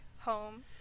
home